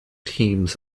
teams